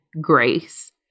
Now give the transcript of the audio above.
grace